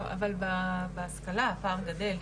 אבל בהשכלה הפער גדל.